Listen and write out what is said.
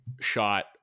shot